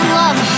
love